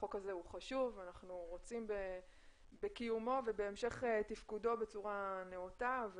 החוק הזה הוא חשוב ואנחנו רוצים בקיומו ובהמשך תפקודו בצורה נאותה.